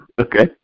Okay